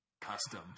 custom